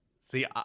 See